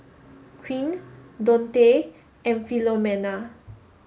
Quint Dontae and Philomena